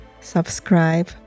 subscribe